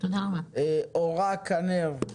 אורה קנר,